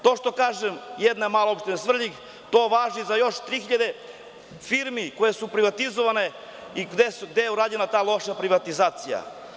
To što kažem – jedna mala opština Svrljig, to važi za još 3.000 firmi koje su privatizovane i gde je urađena ta loša privatizacija.